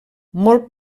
molt